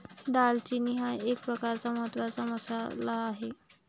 दालचिनी हा एक प्रकारचा महत्त्वाचा मसाला आहे